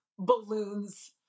balloons